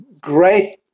great